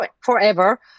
forever